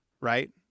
right